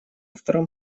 втором